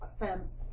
offense